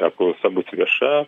apklausa bus vieša